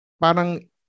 parang